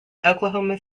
oklahoma